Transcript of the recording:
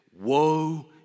woe